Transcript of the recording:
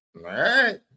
right